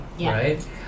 Right